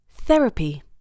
Therapy